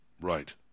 Right